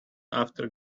after